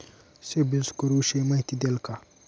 CIBIL score विषयी माहिती द्याल का?